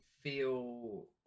feel